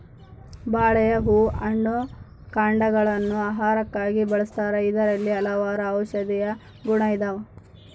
ಬಾಳೆಯ ಹೂ ಹಣ್ಣು ಕಾಂಡಗ ಳನ್ನು ಆಹಾರಕ್ಕಾಗಿ ಬಳಸ್ತಾರ ಇದರಲ್ಲಿ ಹಲವಾರು ಔಷದಿಯ ಗುಣ ಇದಾವ